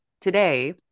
today